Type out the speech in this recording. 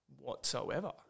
whatsoever